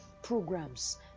programs